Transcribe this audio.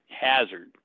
hazard